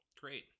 Great